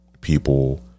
People